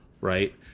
right